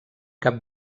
cap